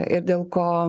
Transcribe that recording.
ir dėl ko